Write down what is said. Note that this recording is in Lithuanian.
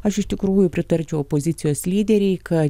aš iš tikrųjų pritarčiau opozicijos lyderei kad